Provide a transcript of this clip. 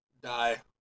Die